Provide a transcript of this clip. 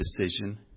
decision